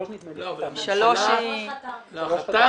ב-2003 חתמנו.